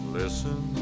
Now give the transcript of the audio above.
listen